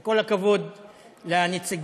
עם כל הכבוד לנציגים.